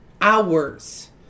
hours